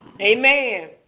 Amen